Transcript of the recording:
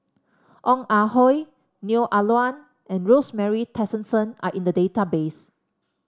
Ong Ah Hoi Neo Ah Luan and Rosemary Tessensohn are in the database